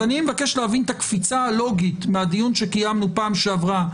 אני מבקש להבין את הקפיצה הלוגית מהדיון שקיימנו פעם שעברה,